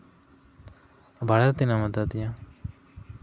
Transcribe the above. ᱵᱷᱟᱲᱟ ᱫᱚ ᱛᱤᱱᱟᱹᱜ ᱮᱢ ᱦᱟᱛᱟᱣ ᱛᱤᱧᱟᱹ